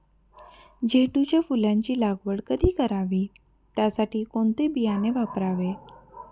झेंडूच्या फुलांची लागवड कधी करावी? त्यासाठी कोणते बियाणे वापरावे?